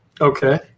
okay